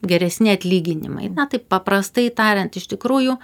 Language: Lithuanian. geresni atlyginimai na taip paprastai tariant iš tikrųjų